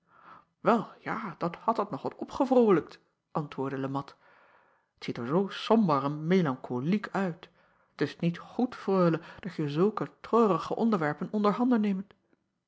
el ja dat had het nog wat opgevrolijkt ant acob van ennep laasje evenster delen woordde e at t ziet er zoo somber en melankoliek uit t s niet goed reule dat je zulke treurige onderwerpen onder handen neemt